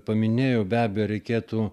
paminėjau be abejo reikėtų